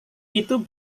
itu